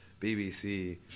BBC